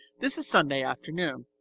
this is sunday afternoon.